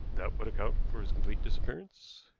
that would account for his complete disappearance.